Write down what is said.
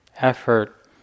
effort